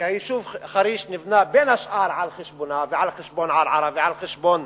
היישוב חריש נבנה בין השאר על חשבונו ועל חשבון ערערה ועל חשבון